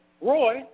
Roy